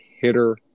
hitter